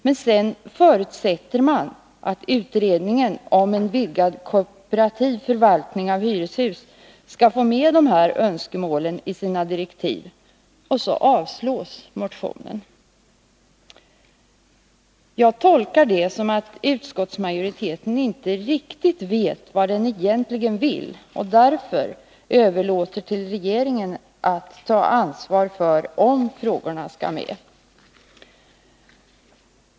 Men sedan förutsätter utskottet att utredningen om en vidgad kooperativ förvaltning av hyreshus skall få med de här önskemålen i sina direktiv, och så avstyrks motionen. Jag tolkar det så, att utskottsmajoriteten inte riktigt vet vad den egentligen vill och därför överlåter till regeringen att ta ansvar för om frågorna skall med.